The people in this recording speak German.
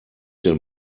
denn